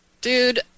dude –